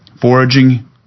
foraging